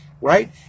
right